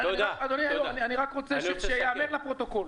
אדוני, אני רק רוצה שייאמר לפרוטוקול